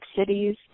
cities